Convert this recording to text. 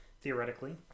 theoretically